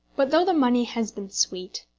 but though the money has been sweet,